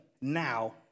now